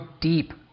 deep